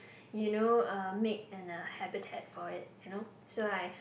you know uh make an a habitat for it